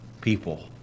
people